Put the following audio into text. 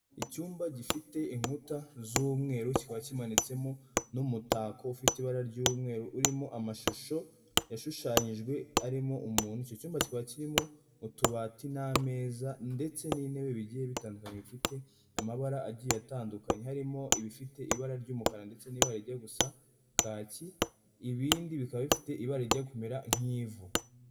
Icyumba gifite inkuta z'umweru kikaba kimanitsemo n'umutako ufite ibara ry'umweru urimo amashusho yashushanyijwe arimo umuntu. Icyo cyumba kikaba kirimo utubati n'ameza ndetse n'intebe bigiye bitandukanye bifite amabara agiye atandukanye, harimo ibifite ibara ry'umukara ndetse n'ibara rijya gusa kaki. Ibindi bikaba bifite ibara rijya kumera nk'ivu.